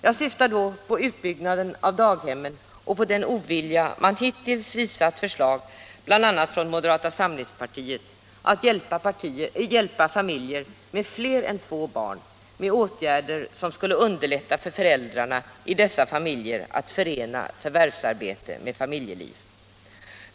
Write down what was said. Jag syftar då på utbyggnaden av daghemmen och på den ovilja man hittills visat förslag från bl.a. moderata samlingspartiet att hjälpa familjer med fler än två barn med åtgärder som skulle underlätta för föräldrarna i dessa familjer att förena förvärvsarbete med familjeliv.